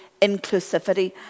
inclusivity